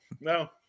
No